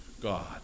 God